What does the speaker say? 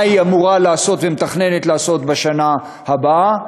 מה היא אמורה לעשות ומתכננת לעשות בשנה הבאה,